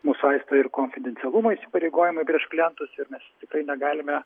mus saisto ir konfidencialumo įsipareigojimų prieš klientus ir mes negalime